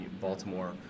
Baltimore